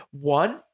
One